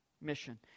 Mission